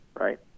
right